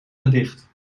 gedicht